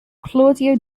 claudio